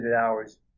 hours